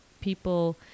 people